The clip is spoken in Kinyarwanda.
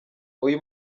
uyu